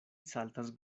saltas